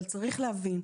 אבל צריך להבין: